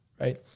Right